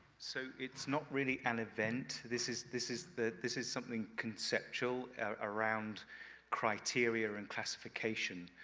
so, it's not really an event. this is this is that this is something conceptual around criteria and classification.